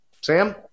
Sam